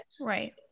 Right